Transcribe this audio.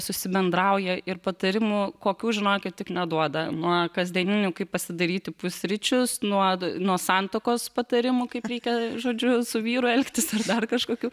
susibendrauja ir patarimų kokių žinokit tik neduoda nuo kasdieninių kaip pasidaryti pusryčius nuo nuo santuokos patarimų kaip reikia žodžiu su vyru elgtis ir dar kažkokių